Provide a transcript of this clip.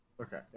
Okay